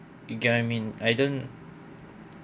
you get what I mean I don't